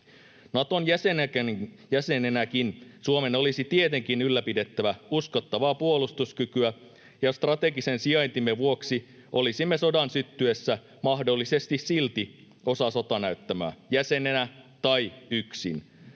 Naton jäsenenäkin Suomen olisi tietenkin ylläpidettävä uskottavaa puolustuskykyä, ja strategisen sijaintimme vuoksi olisimme sodan syttyessä mahdollisesti silti osa sotanäyttämöä, jäsenenä tai yksin.